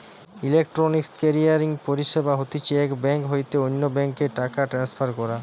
electronic clearing পরিষেবা হতিছে এক বেঙ্ক হইতে অন্য বেঙ্ক এ টাকা ট্রান্সফার করা